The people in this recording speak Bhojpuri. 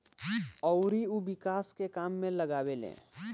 अउरी उ विकास के काम में लगावेले